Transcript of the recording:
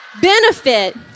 benefit